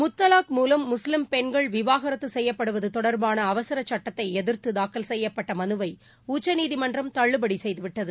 முத்தலாக் மூலம் முஸ்லிம் பெண்கள் விவகாரத்து செய்யப்படுவது தொடர்பாள அவசர சுட்டத்தை எதிர்த்து தாக்கல் செய்யப்பட்ட மனுவை உச்சநீதிமன்றம் தள்ளுபடி செய்து விட்டது